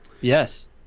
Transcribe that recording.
Yes